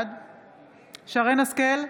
בעד שרן מרים השכל,